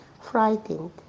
frightened